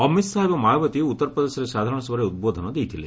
ଅମିତ ଶାହା ଏବଂ ମାୟାବତୀ ଉତ୍ତରପ୍ରଦେଶରେ ସାଧାରଣ ସଭାରେ ଉଦ୍ବୋଧନ ଦେଇଥିଲେ